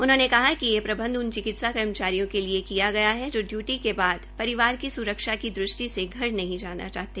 उन्होंने कहा कि ये प्रबंध उन चिकिंतसा कर्मचारियों के लिए किया गया है जो डयूटी के बाद परिवार की स्रक्षा की दृष्टि से घर नहीं जाना चाहते